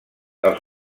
els